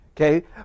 Okay